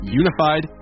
unified